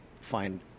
find